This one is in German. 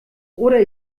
oder